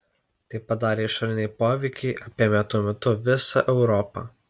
tai padarė išoriniai poveikiai apėmę tuo metu visą europą